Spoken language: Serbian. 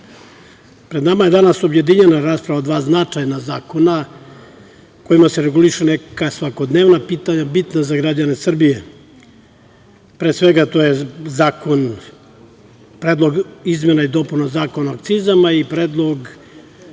pred nama je danas objedinjena rasprava dva značajna zakona kojima se regulišu neka svakodnevna pitanja bitna za građane Srbije. Pre svega, to je Predlog izmena i dopuna Zakona o akcizama i Predlog